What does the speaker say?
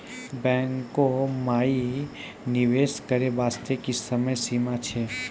बैंको माई निवेश करे बास्ते की समय सीमा छै?